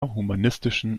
humanistischen